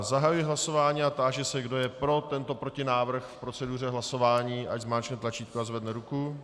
Zahajuji hlasování a táži se, kdo je pro tento protinávrh v proceduře hlasování, ať zmáčkne tlačítko a zvedne ruku.